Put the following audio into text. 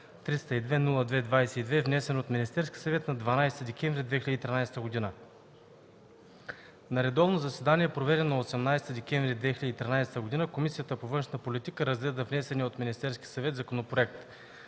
302-02-22, внесен от Министерския съвет на 12 декември 2013 г. На редовно заседание, проведено на 18 декември 2013 г., Комисията по външна политика разгледа внесения от Министерския съвет законопроект.